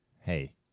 Hey